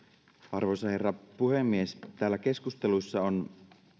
arvoisa herra puhemies täällä keskusteluissa on